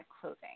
Clothing